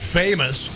famous